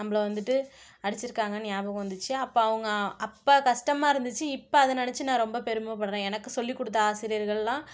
நம்மள வந்துட்டு அடிச்சுருக்காங்கன்னு நியாபகம் வந்துச்சு அப்போ அவங்க அப்போ கஷ்டமாக இருந்துச்சு இப்போ அதை நினச்சு நான் ரொம்ப பெருமைப்படுறேன் எனக்கு சொல்லிக் கொடுத்த ஆசிரியர்கள்லாம்